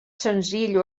senzill